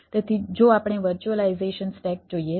તેથી જો આપણે વર્ચ્યુઅલાઈઝેશન સ્ટેક જોઈએ